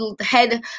head